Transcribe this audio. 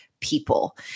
People